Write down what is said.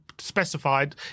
Specified